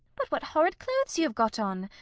but what horrid clothes you have got on!